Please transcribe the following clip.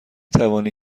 توانی